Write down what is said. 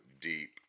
deep